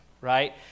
Right